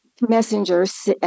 messenger's